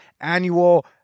annual